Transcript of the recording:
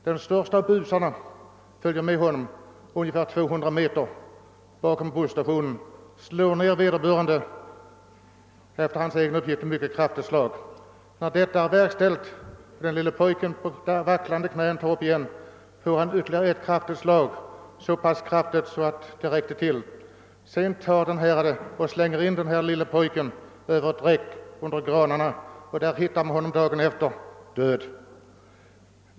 Den störste av busarna följde med honom ungefär 200 meter. Bakom en busstation slog han ned pojken med ett enligt sina egna uppgifter mycket kraftigt slag. När pojken på vacklande ben kom upp igen slog han till honom med ytterligare ett kraftigt slag. Sedan slängde han pojken över ett räcke, där denne hamnade under några granar och där han hittades dagen efteråt död.